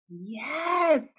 Yes